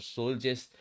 soldiers